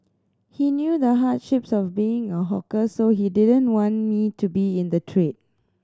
he knew the hardships of being a hawker so he didn't want me to be in the trade